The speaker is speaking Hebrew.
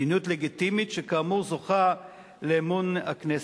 מדיניות לגיטימית שכאמור זוכה לאמון הכנסת.